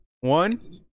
One